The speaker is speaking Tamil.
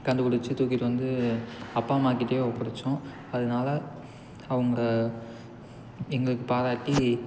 கண்டுபிடிச்சி தூக்கிட்டு வந்து அப்பா அம்மாகிட்டயே ஒப்படைச்சோம் அதனால அவங்க எங்களுக்கு பாராட்டி